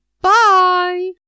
Bye